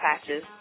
patches